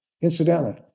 incidentally